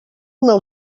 nou